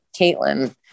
Caitlin